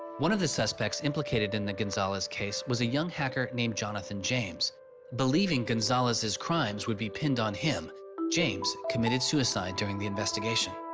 one of the suspects implicated in the gonzalez case was a young hacker named jonathan james believing gonzalez's crimes would be pinned on him james committed suicide during the investigation.